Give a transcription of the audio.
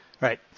Right